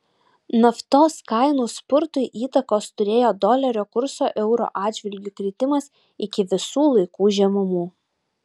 naftos kainų spurtui įtakos turėjo dolerio kurso euro atžvilgiu kritimas iki visų laikų žemumų